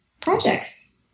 projects